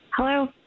Hello